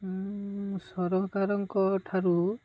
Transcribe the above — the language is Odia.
ସରକାରଙ୍କ ଠାରୁ